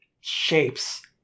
shapes